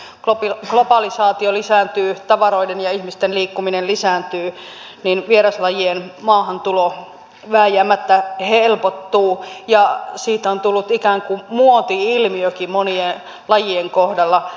on tosiasia että kun globalisaatio lisääntyy tavaroiden ja ihmisten liikkuminen lisääntyy niin vieraslajien maahantulo vääjäämättä helpottuu ja siitä on tullut ikään kuin muoti ilmiökin monien lajien kohdalla